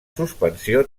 suspensió